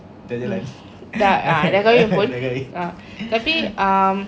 mm tak ha dah kahwin pun ha tapi um